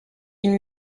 une